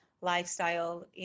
lifestyle